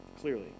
clearly